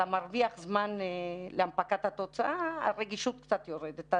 אתה מרוויח זמן להנפקת התוצאה, הרגישות קצת יורדת.